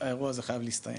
האירוע הזה חייב להסתיים.